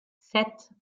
sept